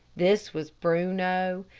this was bruno.